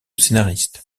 scénariste